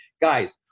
guys